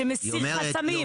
שמסיר חסמים?